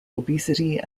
obesity